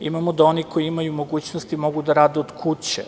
Imamo da oni koji imaju mogućnosti mogu da rade od kuće.